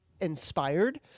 inspired